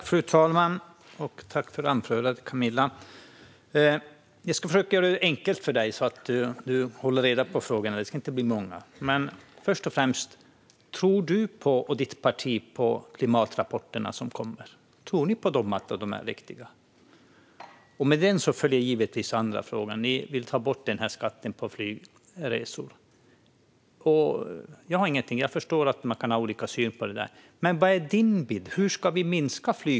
Fru talman! Jag tackar Camilla för anförandet. Jag ska försöka göra det enkelt för dig så att du kan hålla reda på frågorna, och de ska inte bli många. Först och främst: Tror du, Camilla, och ditt parti på att klimatrapporterna är riktiga? På det följer min andra fråga: Ni vill ta bort skatten på flygresor. Jag förstår att man kan ha olika syn på detta, men vad är din bild?